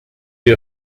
the